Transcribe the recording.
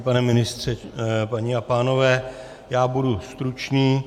Pane ministře, paní a pánové, já budu stručný.